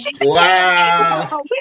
Wow